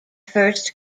first